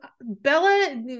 Bella